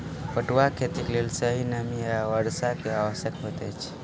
पटुआक खेतीक लेल सही नमी आ वर्षा के आवश्यकता होइत अछि